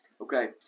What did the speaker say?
Okay